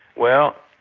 well,